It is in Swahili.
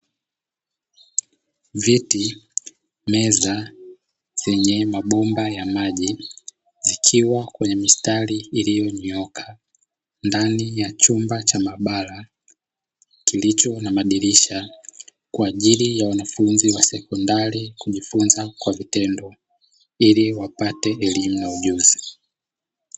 Viti, meza vyenye mabomba ya maji vikiwa kwenye mistari iliyonyooka ndani ya chumba cha maabara, kilicho na madirisha kwa ajili ya wanafunzi wa sekondari kujifunza kwa vitendo ili wapate elimu na ujuzi.